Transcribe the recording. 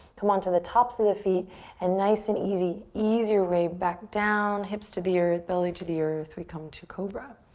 come on to the tops of the feet and nice and easy, ease your way back down. hips to the earth, belly to the earth. we come to cobra.